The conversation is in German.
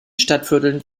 stadtvierteln